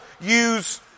use